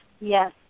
Yes